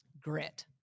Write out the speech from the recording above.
Grit